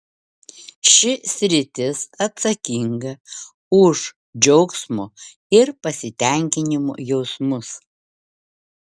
ši sritis atsakinga už džiaugsmo ir pasitenkinimo jausmus